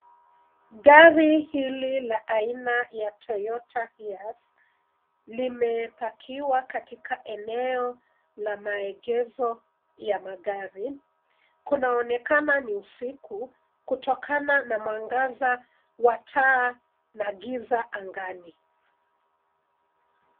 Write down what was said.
Gari hili la aina ya Toyota Hiace limepakiwa katika eneo la maegezo ya magari. Kunaonekana ni usiku, kutokana na mwangaza wa taa na giza angani.